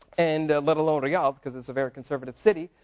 and a little on riyadh because it is a very conservative city.